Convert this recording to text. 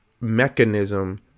mechanism